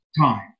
time